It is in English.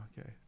okay